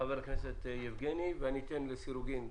חבר הכנסת יבגני סובה, בבקשה.